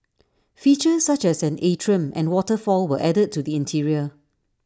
features such as an atrium and waterfall were added to the interior